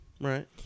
right